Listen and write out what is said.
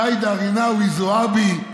ג'ידא רינאוי זועבי,